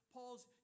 Paul's